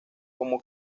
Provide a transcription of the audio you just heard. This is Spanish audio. como